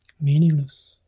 Meaningless